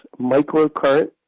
microcurrent